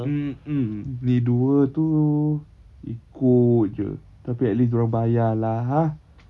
mm mm ni dua tu ikut jer tapi at least dia orang bayar lah ha